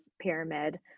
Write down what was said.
pyramid